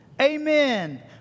Amen